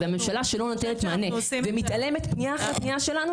וממשלה שלא נותנת מענה ומתעלמת פנייה אחרי פנייה שלנו,